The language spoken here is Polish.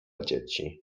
dzieci